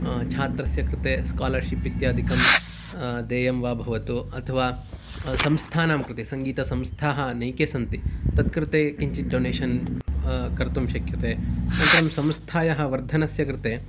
छात्रस्य कृते स्कालर्शिप् इत्यादिकं देयं वा भवतु अथवा संस्थानं कृते सङ्गीतसंस्थाः अनेके सन्ति तत् कृते किञ्चित् डोनेशन् कर्तुं शक्यते अनन्तरं संस्थायाः वर्धनस्य कृते